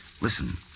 Listen